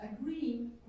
agreeing